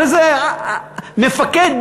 מפקד,